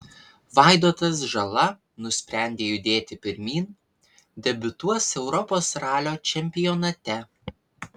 vaidotas žala nusprendė judėti pirmyn debiutuos europos ralio čempionate